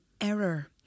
error